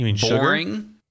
boring